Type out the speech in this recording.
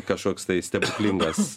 kažkoks tai stebuklingas